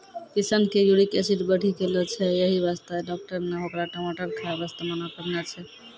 किशन के uric acid बढ़ी गेलो छै यही वास्तॅ डाक्टर नॅ होकरा टमाटर खाय वास्तॅ मना करनॅ छै